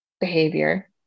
behavior